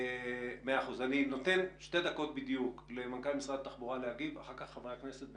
שתי דקות בדיוק למנכ"ל משרד התחבורה להגיב ואחר כך חברי הכנסת?